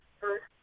first